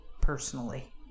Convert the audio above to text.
personally